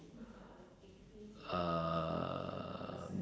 um